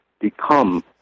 become